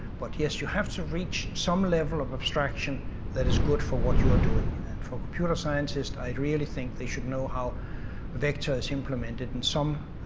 but yes, you have to reach some level of abstraction that is good for what you are doing and for computer scientists i really think they should know how vector is implemented in some